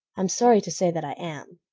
i'm sorry to say that i am.